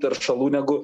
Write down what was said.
teršalų negu